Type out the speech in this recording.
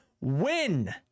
win